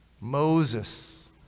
Moses